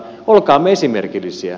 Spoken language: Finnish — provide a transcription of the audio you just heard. olkaamme esimerkillisiä